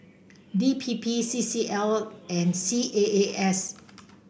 D P P C C L and C A A S